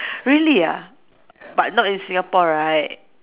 really ah but not in Singapore right